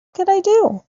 could